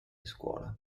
scuola